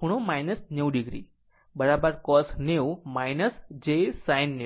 ખૂણો 90 o cos 90 o j sin